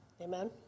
Amen